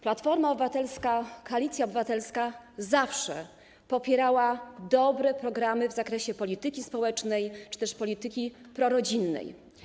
Platforma Obywatelska, Koalicja Obywatelska, zawsze popierała dobre programy w zakresie polityki społecznej czy też polityki prorodzinnej.